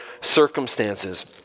circumstances